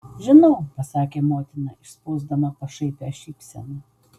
žinau pasakė motina išspausdama pašaipią šypseną